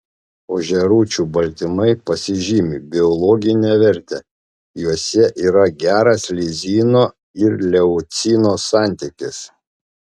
ožiarūčių baltymai pasižymi biologine verte juose yra geras lizino ir leucino santykis